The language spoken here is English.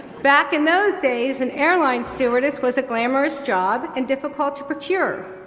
back in those days, an airline stewardess was a glamorous job and difficult to procure.